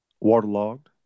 Waterlogged